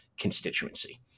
constituency